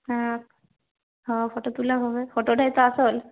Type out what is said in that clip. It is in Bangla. হ্যাঁ হাঁ ফটো তোলা হবে ফটোটাই তো আসল